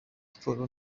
sports